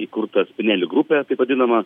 įkurtas neli grupę taip vadinamą